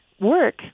work